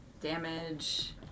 Damage